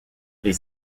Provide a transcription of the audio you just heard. les